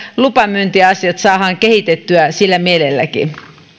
lupamyyntiasiat saadaan kehitettyä sillä mielelläkin